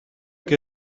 que